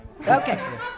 okay